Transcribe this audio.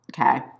Okay